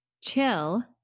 chill